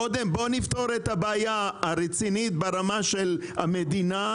קודם בוא נפתור את הבעיה רצינית ברמה של המדינה,